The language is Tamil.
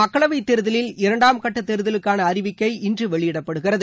மக்களவை தேர்தலில் இரண்டாம் கட்ட தேர்தலுக்கான அறிவிக்கை இன்று வெளியிடப்படுகிறது